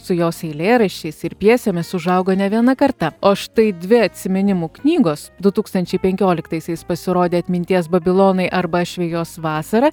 su jos eilėraščiais ir pjesėmis užaugo ne viena karta o štai dvi atsiminimų knygos du tūkstančiai penkioliktaisiais pasirodė atminties babilonai arba aš vejuos vasarą